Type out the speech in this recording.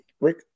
Rick